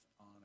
on